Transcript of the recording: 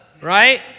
right